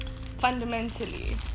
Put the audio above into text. fundamentally